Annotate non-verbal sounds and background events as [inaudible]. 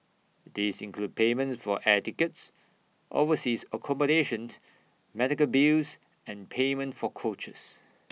these include payments for air tickets overseas accommodation [noise] medical bills and payment for coaches [noise]